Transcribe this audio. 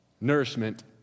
nourishment